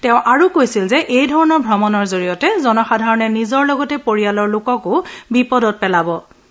তেওঁ আৰু কৈছিল যে এইধৰণৰ ভ্ৰমণৰ জৰিয়তে জনসাধাৰণে নিজৰ লগতে পৰিয়ালৰ লোককো বিপদত পেলাইছে